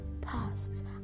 past